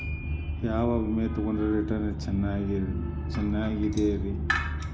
ಯಾವ ವಿಮೆ ತೊಗೊಂಡ್ರ ರಿಟರ್ನ್ ಚೆನ್ನಾಗಿದೆರಿ?